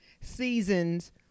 seasons